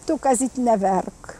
tu kazyt neverk